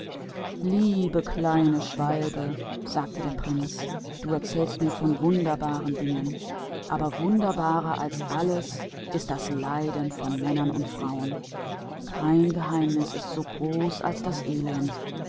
lieber kleiner vogel sagte der prinz du erzählst mir von wunderbaren dingen aber wunderbarer als alles ist das leiden von mann und weib kein mysterium ist größer als das elend